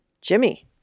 Jimmy